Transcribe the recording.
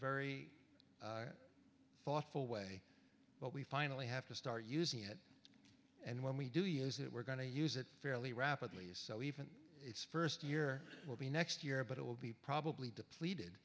very thoughtful way but we finally have to start using it and when we do use it we're going to use it fairly rapidly so even its first year will be next year but it will be probably depleted